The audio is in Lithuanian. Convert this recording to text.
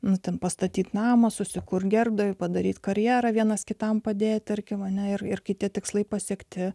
nu ten pastatyti namą susikurt gerbuvį padaryti karjerą vienas kitam padėti tarkim mane ir ir kiti tikslai pasiekti